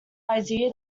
idea